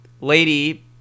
lady